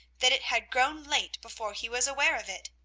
that it had grown late before he was aware of it.